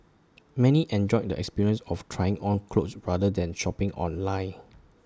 many enjoyed the experience of trying on clothes rather than shopping online